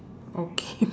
okay